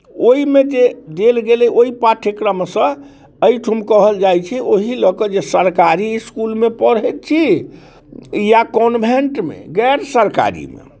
ओहिमे जे देल गेल अइ ओहि पाठ्यक्रमसँ एहिठुन कहल जाइत छै ओहि लऽ कऽ जे सरकारी इसकुलमे पढ़ैत छी या कॉन्भेन्टमे गैर सरकारीमे